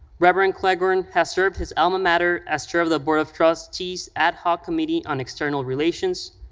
reverend cleghorn has served his alma mater as chair of the board of trustees ad hoc committee on external relations,